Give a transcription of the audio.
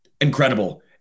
Incredible